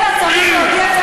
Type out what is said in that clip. אלא צריך להודיע על זה,